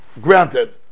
granted